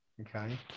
Okay